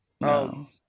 No